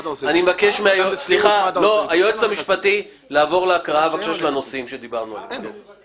אני מבקש מהיועץ המשפטי לעבור להקראה של הנושאים שדיברנו עליהם.